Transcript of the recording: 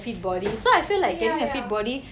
ya ya